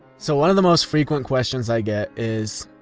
so one of the most frequent questions i get is,